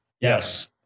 Yes